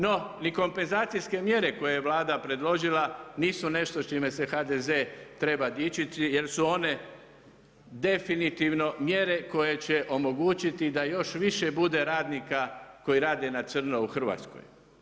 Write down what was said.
No ni kompenzacijske mjere koje Vlada predložila nisu nešto s čime se HDZ treba dičiti jer su one definitivno mjere koje će omogućiti da još više bude radnika koji rade na crno u Hrvatskoj.